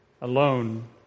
alone